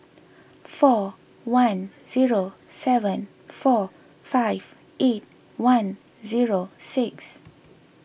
four one zero seven four five eight one zero six